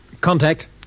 Contact